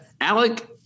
Alec